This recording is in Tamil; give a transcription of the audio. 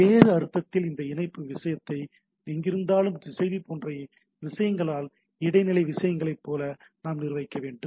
வேறு அர்த்தத்தில் இந்த நெட்வொர்க் இணைப்பு எங்கிருந்தாலும் திசைவி போன்ற விசேஷமான இடைநிலை விஷயங்களைப் போல நாம் நிர்வகிக்கப்பட வேண்டும்